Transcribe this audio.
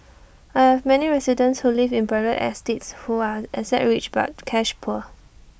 I have many residents who live in private estates who are asset rich but cash poor